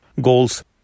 goals